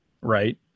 right